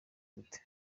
gute